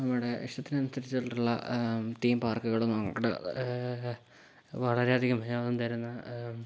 നമ്മുടെ ഇഷ്ടത്തിനനുസരിച്ചിട്ടുള്ള തീം പാർക്കുകളും നമ്മുടെ വളരെ അധികം ഉപയോഗം തരുന്ന